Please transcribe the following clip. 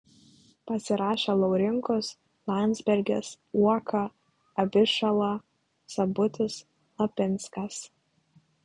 pasirašė laurinkus landsbergis uoka abišala sabutis lapinskas